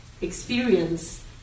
experience